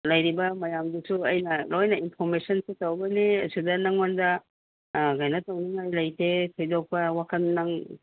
ꯂꯩꯔꯤꯕ ꯃꯌꯥꯝꯗꯨꯁꯨ ꯑꯩꯅ ꯂꯣꯏꯅ ꯏꯟꯐꯣꯔꯃꯦꯁꯟꯁꯨ ꯇꯧꯒꯅꯤ ꯑꯁꯤꯗ ꯅꯉꯣꯟꯗ ꯀꯩꯅꯣ ꯇꯧꯅꯤꯡꯉꯥꯏ ꯂꯩꯇꯦ ꯊꯣꯏꯗꯣꯛꯄ ꯋꯥꯈꯟ ꯅꯪ